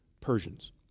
Persians